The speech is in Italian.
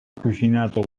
cucinato